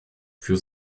für